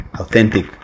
authentic